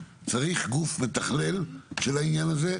צריך גוף מתכלל של העניין הזה,